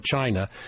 China